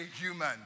human